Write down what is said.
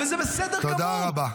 -- וזה בסדר גמור.